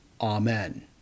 Amen